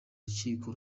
rukiko